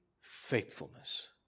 faithfulness